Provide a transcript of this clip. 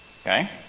Okay